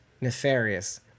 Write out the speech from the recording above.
nefarious